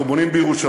אנחנו בונים בירושלים